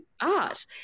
art